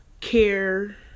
care